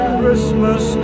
Christmas